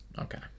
Okay